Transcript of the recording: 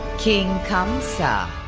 king kamsa!